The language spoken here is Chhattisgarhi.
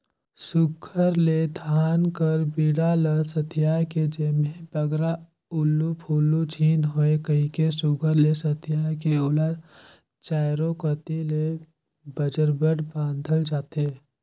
सुग्घर ले धान कर बीड़ा ल सथियाए के जेम्हे बगरा उलु फुलु झिन होए कहिके सुघर ले सथियाए के ओला चाएरो कती ले बजरबट बाधल जाथे